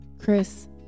Chris